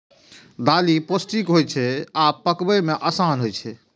दालि पौष्टिक होइ छै आ पकबै मे आसान छै